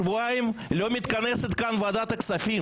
שבועיים לא מתכנסת ועדת הכספים.